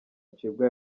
acibwa